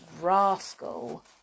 rascal